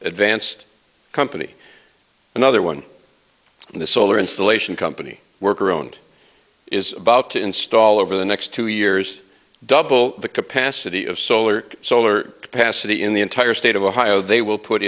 advanced company another one in the solar installation company worker owned is about to install over the next two years double the capacity of solar solar capacity in the entire state of ohio they will put